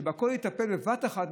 שבכול יטפל בבת אחת,